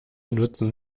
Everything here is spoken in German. nutzen